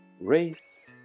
race